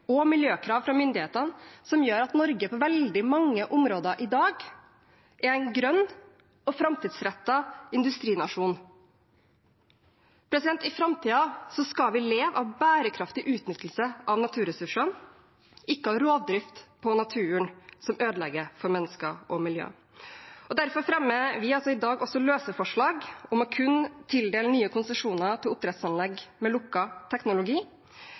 og miljøkrav fra myndighetene som gjør at Norge på veldig mange områder i dag er en grønn og framtidsrettet industrinasjon. I framtiden skal vi leve av bærekraftig utnyttelse av naturressursene – ikke av rovdrift på naturen som ødelegger for mennesker og miljø. Derfor fremmer vi i dag forslag om å tildele nye konsesjoner til kun oppdrettsanlegg med lukket teknologi,